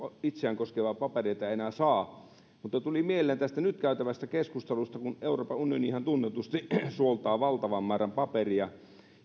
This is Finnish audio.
itseään koskevia papereita ei enää saa mutta tuli mieleen tästä nyt käytävästä keskustelusta euroopan unionihan tunnetusti suoltaa valtavan määrän paperia